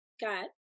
got